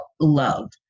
love